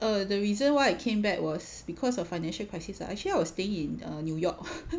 err the reason why I came back was because of financial crisis ah actually I was staying in err new york